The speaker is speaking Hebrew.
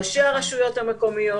ראשי הרשויות המקומיות,